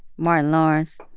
martin lawrence.